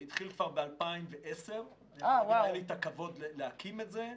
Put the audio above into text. זה התחיל ב-2010, והיה לי הכבוד להקים את זה.